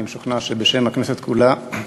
אני משוכנע שבשם הכנסת כולה,